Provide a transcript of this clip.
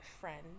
friend